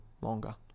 longer